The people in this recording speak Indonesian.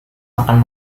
makan